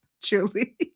Julie